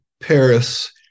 Paris